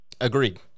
Agreed